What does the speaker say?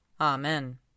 Amen